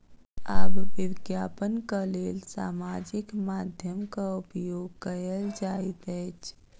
आब विज्ञापनक लेल सामाजिक माध्यमक उपयोग कयल जाइत अछि